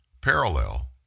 parallel